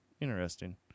interesting